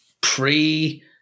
pre